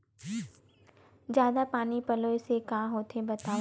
जादा पानी पलोय से का होथे बतावव?